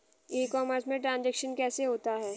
ई commerce में transaction कैसे होता है?